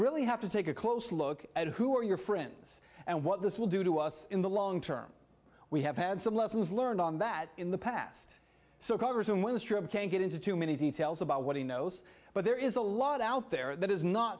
really have to take a close look at who are your friends and what this will do to us in the long term we have had some lessons learned on that in the past so congress and when this trip can't get into too many details about what he knows but there is a lot out there that is not